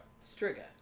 Striga